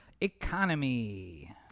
economy